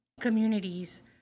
communities